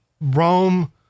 Rome